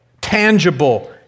tangible